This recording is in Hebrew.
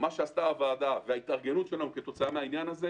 מה שעשתה הוועדה וההתארגנות שלנו כתוצאה מהעניין הזה,